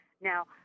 Now